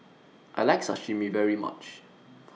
I like Sashimi very much